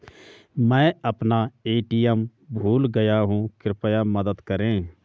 मैं अपना ए.टी.एम भूल गया हूँ, कृपया मदद करें